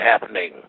happening